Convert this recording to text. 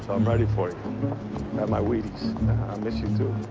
i'm ready for you. had my wheaties. i miss you, too.